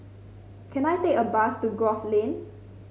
can I take a bus to Grove Lane